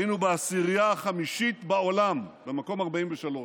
היינו בעשירייה החמישית בעולם, במקום 43,